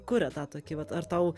kuria tą tokį vat ar tau